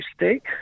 mistake